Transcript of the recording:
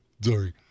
sorry